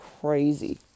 crazy